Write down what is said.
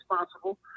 responsible